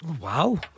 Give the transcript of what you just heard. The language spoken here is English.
Wow